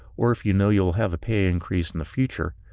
or if you know you'll have a pay increase in the future,